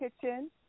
kitchen